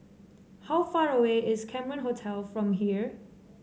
how far away is Cameron Hotel from here